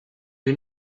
you